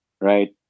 right